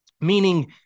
Meaning